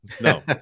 No